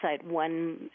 one